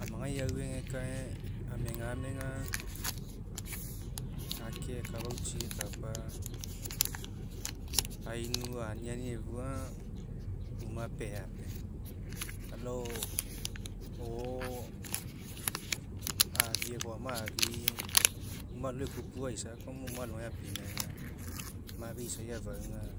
Amagai auegekae amegamega ake akafau tsinekapa ainu aniani efua aga ake uma pea apea alao o'o afia foama afi'i uma alo ekupu koa una alogai apinauga mafe isai afaunii